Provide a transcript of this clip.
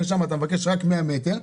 שם אתה מבקש רק 100 מטר,